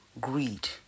greed